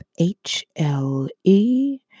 HLE